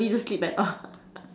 you don't need to sleep at all